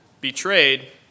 betrayed